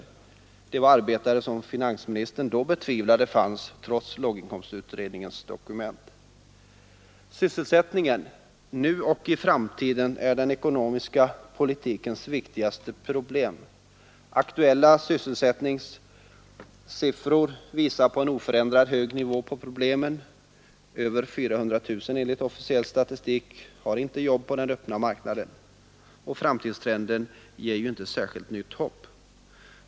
Finansministern betvivlade då att det fanns sådana arbetare, trots låginkomstutredningens dokument. Sysselsättningen, nu och i framtiden, är den ekonomiska politikens viktigaste problem. Aktuella sysselsättningssiffror visar på en oförändrat hög nivå på problemen — över 400 000 har enligt officiell statistik inte jobb på den öppna marknaden. Framtidstrenden ger inte särskilt mycket nytt hopp.